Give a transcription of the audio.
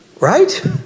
Right